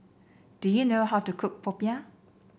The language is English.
do you know how to cook Popiah